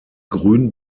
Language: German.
grün